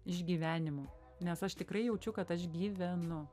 iš gyvenimo nes aš tikrai jaučiu kad aš gyvenu